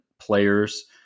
players